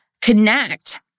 connect